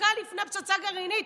דקה לפני פצצה גרעינית?